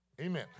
Amen